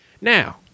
Now